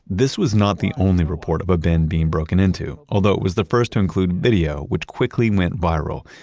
this was not the only report of a bin being broken into, although it was the first to include video which quickly went viral,